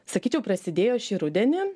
sakyčiau prasidėjo šį rudenį